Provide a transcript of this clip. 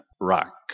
rock